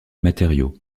matériau